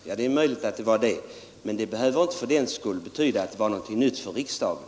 Ja, det är möjligt. Men det behöver fördenskull inte betyda att det är någonting nytt för riksdagen.